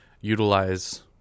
utilize